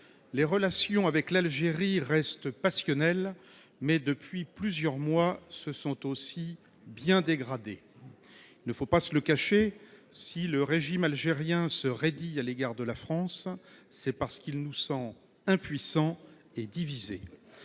les relations avec l'Algérie restent passionnelles, mais depuis plusieurs mois, se sont aussi bien dégradées. Ne faut pas se le cacher, si le régime algérien se redit à l'égard de la France, c'est parce qu'il nous sent impuissants et divisés.